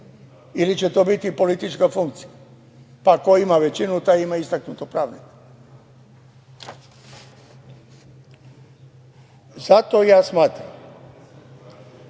ili će to biti politička funkcija, pa ko ima većinu taj ima istaknutog pravnika. Zato smatram